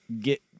get